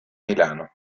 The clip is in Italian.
milano